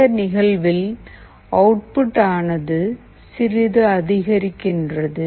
இந்த நிகழ்வில் அவுட்புட் ஆனது சிறிது அதிகரிக்கின்றது